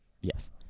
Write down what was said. Yes